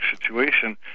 situation